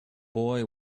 boy